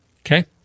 Okay